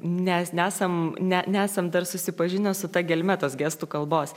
nes nesam ne nesam dar susipažinęs su ta gelme tos gestų kalbos